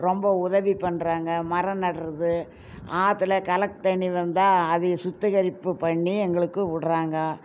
ரொம்ப உதவி பண்ணுறாங்க மரம் நடுறது ஆற்றுல கலக்கு தண்ணி வந்தால் அதை சுத்திகரிப்பு பண்ணி எங்களுக்கு விட்றாங்க